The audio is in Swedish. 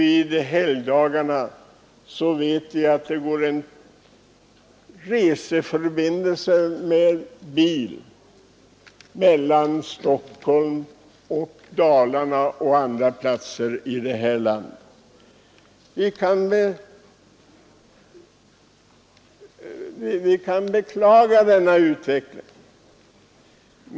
På helgdagarna finns det ofta en enda bussreseförbindelse exempelvis mellan Stockholm och Dalarna, och så är det också på andra platser i landet. Vi kan beklaga denna utveckling.